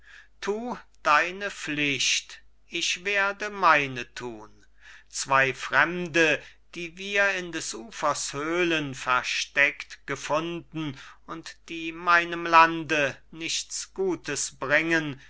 thu deine pflicht ich werde meine thun zwei fremde die wir in des ufers höhlen versteckt gefunden und die meinem lande nichts gutes bringen